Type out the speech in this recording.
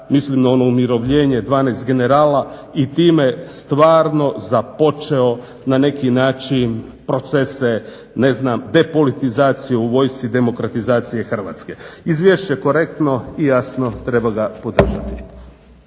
mislim na ono umirovljenje 12 generala i time stvarno započeo na neki način procese depolitizacije u vojsci demokratizacije Hrvatske. Izvješće je korektno i jasno treba ga podržati.